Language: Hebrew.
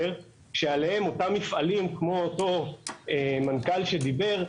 שעליהם אותם מפעלים כמו אותו מנכ"ל שדיבר,